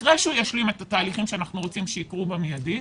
אחרי שהוא ישלים את התהליכים שאנחנו רוצים שיקרו במיידית,